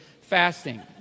fasting